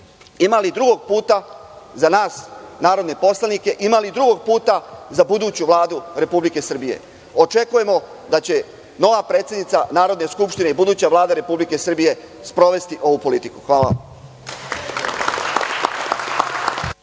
Ima li drugog puta za nas narodne poslanike, ima li drugog puta za buduću Vladu Republike Srbije?“Očekujemo da će nova predsednice Narodne skupštine i buduća Vlada Republika Srbije sprovesti ovu politiku. Hvala